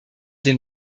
den